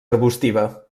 arbustiva